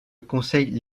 conseil